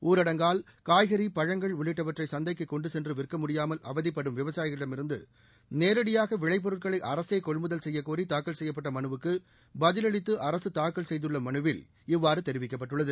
ஊரடங்கால் காய்கறி பழங்கள் உள்ளிட்டவற்றை சந்தைக்கு கொண்டு சென்று விற்க முடியாமல் அவதிப்படும் விவசாயிகளிடமிருந்து நேரடியாக விளைப்பொருட்களை அரசே கொள்முதல் செய்யக்கோரி தாக்கல் செய்யப்பட்ட மனுவுக்கு பதிலளித்து அரசு தாக்கல் செய்துள்ள மனுவில் இவ்வாறு தெரிவிக்கப்பட்டுள்ளது